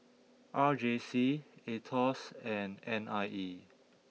R J C Aetos and N I E